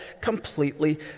completely